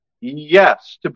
Yes